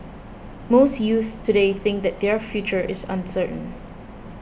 most youths today think that their future is uncertain